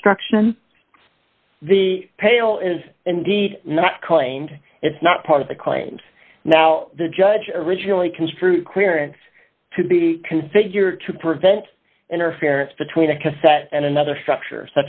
construction the pail is indeed not claimed it's not part of the claims now the judge originally construed clearance to be configured to prevent interference between a cassette and another structure